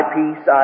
peace